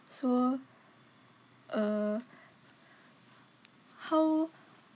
so uh how